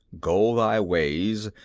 go thy ways.